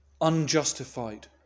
unjustified